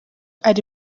ari